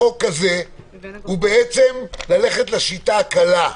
בעצם ללכת לשיטה הקלה,